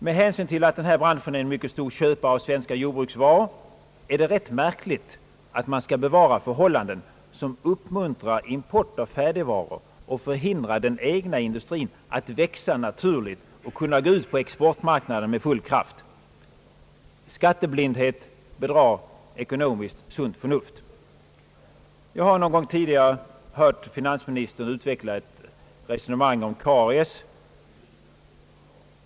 Med hänsyn till att denna bransch är en mycket stor köpare av svenska jordbruksvaror är det rätt märkligt att man skall bevara förhållanden, som uppmuntrar import av färdigvaror och förhindrar den egna industrin att växa naturligt och kunna gå ut på exportmarknaden med full kraft. Skatteblindhet bedrar ekonomiskt sunt förnuft. Jag har någon gång tidigare hört finansministern utveckla resonemanget om karies.